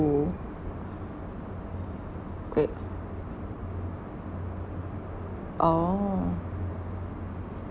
great oh